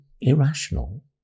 irrational